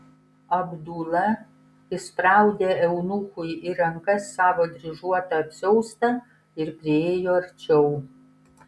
abdula įspraudė eunuchui į rankas savo dryžuotą apsiaustą ir priėjo arčiau